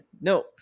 No